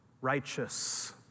righteous